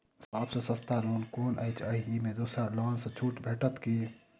सब सँ सस्ता लोन कुन अछि अहि मे दोसर लोन सँ छुटो भेटत की?